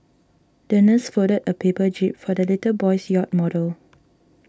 the nurse folded a paper jib for the little boy's yacht model